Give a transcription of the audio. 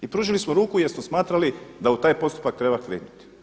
I pružili smo ruku jer smo smatrali da u taj postupak treba krenuti.